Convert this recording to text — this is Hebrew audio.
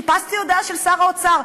חיפשתי הודעה של שר האוצר.